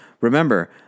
Remember